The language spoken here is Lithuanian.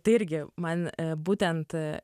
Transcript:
tai irgi man būtent